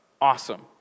Awesome